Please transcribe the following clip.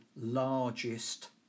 largest